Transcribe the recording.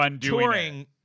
touring